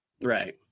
right